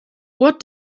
what